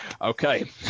Okay